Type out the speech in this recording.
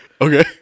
Okay